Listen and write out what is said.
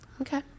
Okay